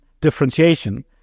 differentiation